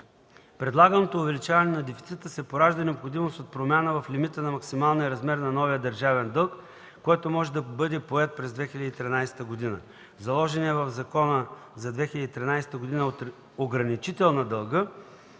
предлаганото увеличаване на дефицита се поражда необходимост от промяна в лимита за максималния размер на новия държавен дълг, който може да бъде поет през 2013 г. Заложеният в Закона за държавния бюджет на